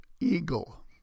eagle